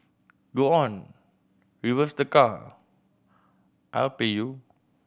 go on reverse the car I'll pay you